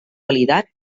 validat